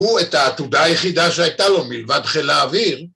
הוא את העתודה היחידה שהייתה לו מלבד חיל האוויר